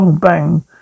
Bang